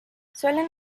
suelen